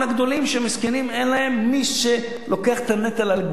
מסכנים, אין להם מי שלוקח את הנטל על גבו.